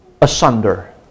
asunder